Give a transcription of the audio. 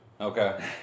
Okay